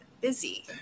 busy